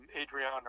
Adriana